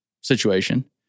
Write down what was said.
situation